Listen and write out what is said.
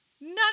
none